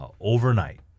overnight